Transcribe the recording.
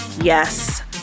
Yes